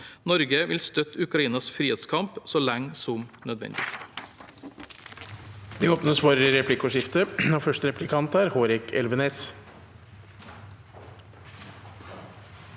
Norge vil støtte Ukrainas frihetskamp så lenge som nødvendig.